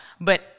But-